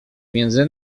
między